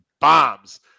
bombs